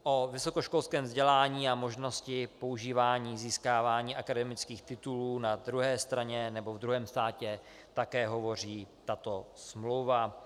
O vysokoškolském vzdělání a možnosti používání získaných akademických titulů na druhé straně nebo v druhém státě také hovoří tato smlouva.